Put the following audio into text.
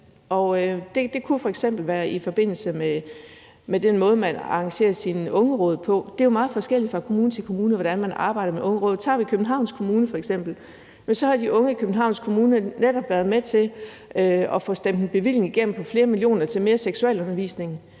det kunne f.eks. være i forbindelse med den måde, man arrangerer sine ungeråd på. Det er jo meget forskelligt fra kommune til kommune, hvordan man arbejder med ungeråd. Tager vi f.eks. Københavns Kommune, har de unge i Københavns Kommune netop været med til at få stemt en bevilling igennem på flere millioner kroner til mere seksualundervisning.